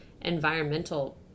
environmental